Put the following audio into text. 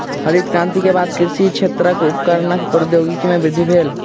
हरित क्रांति के बाद कृषि क्षेत्रक उपकरणक प्रौद्योगिकी में वृद्धि भेल